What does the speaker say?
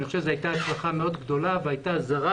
אני חושב שזאת הייתה הצלחה מאוד גדולה והיה זרז